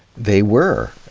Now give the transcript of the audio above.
they were.